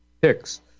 picks